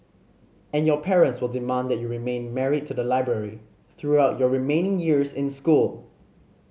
and your parents will demand that you remain married to the library throughout your remaining years in school